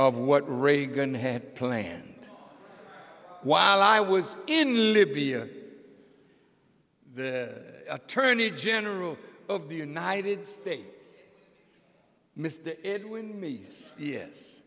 of what reagan had planned while i was in libya the attorney general of the united states m